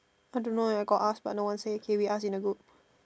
I don't know eh I got ask but no one say okay we ask in the group